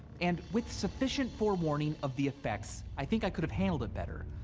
and with sufficient forewarning of the effects, i think i could have handled it better.